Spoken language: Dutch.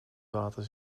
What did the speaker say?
water